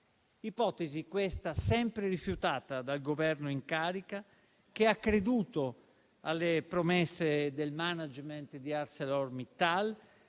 ipotesi, questa, sempre rifiutata dal Governo in carica, che ha creduto alle promesse del *management* di Arcelor Mittal,